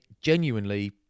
genuinely